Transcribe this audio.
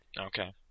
Okay